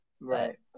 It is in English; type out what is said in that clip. Right